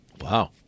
Wow